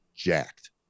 Jacked